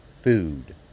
food